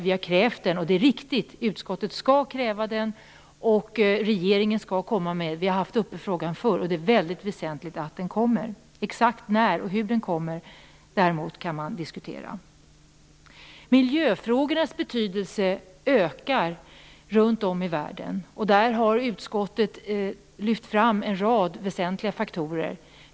Vi har krävt denna bilaga, och det är riktigt. Utskottet skall kräva den, och regeringen skall komma med den. Vi har haft frågan uppe förr, och det är väldigt väsentligt att den kommer. Exakt när och hur den kommer kan man däremot diskutera. Miljöfrågornas betydelse ökar runt om i världen. Där har utskottet lyft fram en rad väsentliga faktorer.